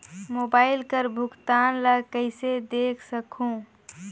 Mobile कर भुगतान ला कइसे देख सकहुं?